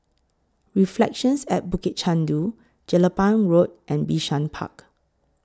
Reflections At Bukit Chandu Jelapang Road and Bishan Park